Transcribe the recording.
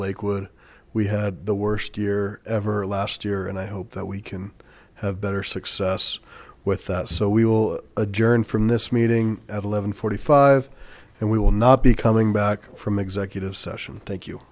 lakewood we had the worst year ever last year and i hope that we can have better success with that so we will adjourn from this meeting at eleven forty five and we will not be coming back from executive session thank you